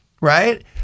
right